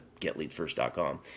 getleadfirst.com